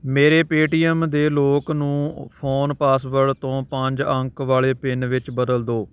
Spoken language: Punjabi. ਮੇਰੇ ਪੇਟੀਐੱਮ ਦੇ ਲੌਕ ਨੂੰ ਫ਼ੋਨ ਪਾਸਵਰਡ ਤੋਂ ਪੰਜ ਅੰਕ ਵਾਲੇ ਪਿੰਨ ਵਿੱਚ ਬਦਲ ਦਿਓ